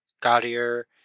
gaudier